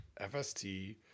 FST